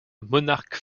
monarques